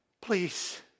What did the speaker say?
Please